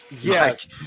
Yes